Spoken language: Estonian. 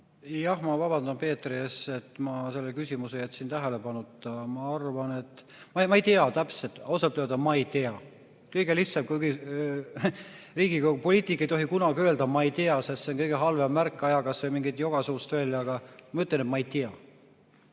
Jah, ma vabandan Peetri ees, et ma selle küsimuse jätsin tähelepanuta. Ma ei tea, täpselt, ausalt öelda ma ei tea. Kõige lihtsam vastus. Kuigi Riigikogu poliitik ei tohi kunagi öelda, et ta ei tea, sest see on kõige halvem märk, aja kas või mingit joga suust välja. Aga ma ütlen, et ma ei tea.